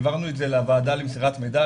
העברנו את זה לוועדה למסירת מידע,